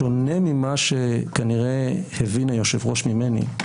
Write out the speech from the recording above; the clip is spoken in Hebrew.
בשונה ממה שכנראה הבין היושב-ראש ממני,